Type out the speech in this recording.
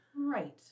right